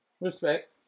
Respect